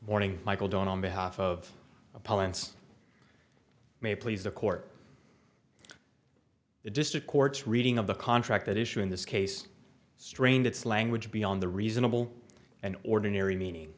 morning michael dunn on behalf of the pilots may please the court the district court's reading of the contract that issue in this case strained its language beyond the reasonable and ordinary meaning